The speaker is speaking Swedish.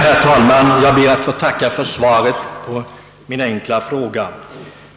' Herr talman! Jag ber att få tacka för svaret på min enkla fråga.